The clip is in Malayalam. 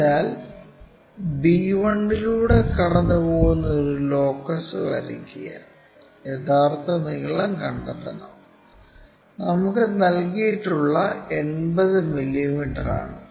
അതിനാൽ b 1 ലൂടെ കടന്നുപോകുന്ന ഒരു ലോക്കസ് വരയ്ക്കുക യഥാർത്ഥ നീളം കണ്ടെത്തണം നമുക്ക് നൽകിയിട്ടുള്ള 80 മില്ലീമീറ്ററാണ്